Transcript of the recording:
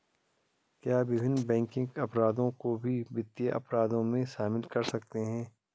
क्या विभिन्न बैंकिंग अपराधों को भी वित्तीय अपराधों में शामिल कर सकते हैं?